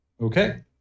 Okay